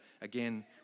again